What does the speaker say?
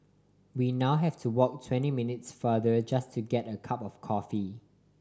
we now have to walk twenty minutes farther just to get a cup of coffee